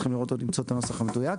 צריכים למצוא את הנוסח המדויק,